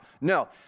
No